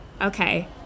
okay